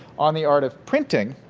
on the art of printing,